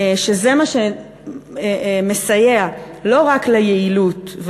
שזה מה שמסייע לא רק ליעילות,